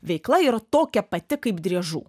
veikla yra tokia pati kaip driežų